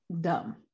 Dumb